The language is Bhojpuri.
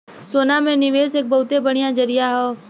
सोना में निवेस एक बहुते बढ़िया जरीया हौ